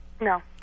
No